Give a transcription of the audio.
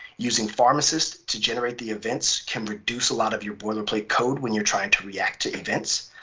using pharmacist to generate the events can reduce a lot of your boilerplate code when you're trying to react to events.